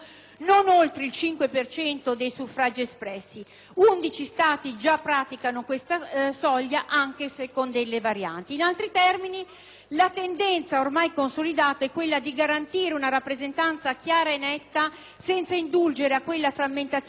In altri termini, la tendenza ormai consolidata è quella di garantire una rappresentanza chiara e netta, senza indulgere a quella frammentazione politica e parlamentare, che in Italia per molti anni ha condizionato il nostro sistema democratico.